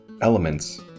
elements